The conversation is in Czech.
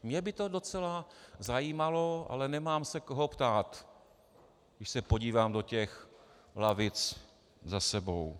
Mě by to docela zajímalo, ale nemám se koho ptát, když se podívám do těch lavic za sebou.